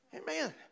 Amen